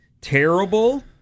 terrible